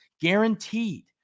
guaranteed